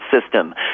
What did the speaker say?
system